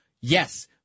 Yes